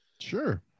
Sure